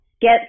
Get